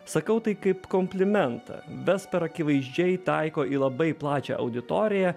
sakau tai kaip komplimentą vesper akivaizdžiai taiko į labai plačią auditoriją